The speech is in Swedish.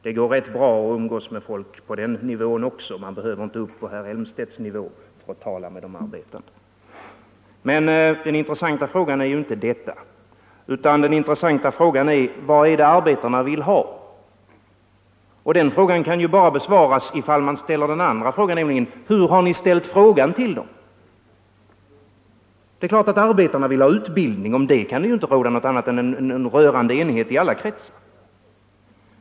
Det går rätt bra att umgås med folk på den nivån också. Man behöver inte upp på herr Elmstedts nivå för att tala med de arbetande. Men den intressanta frågan är ju inte denna, utan den intressanta frågan är: Vad är det arbetarna vill ha? Den frågan kan bara besvaras i fall man ställer en andra fråga, nämligen: Hur har ni ställt frågan till dem? Det är klart att arbetarna vill ha utbildning. Om det kan det inte råda någonting annat än en rörande enighet i alla kretsar.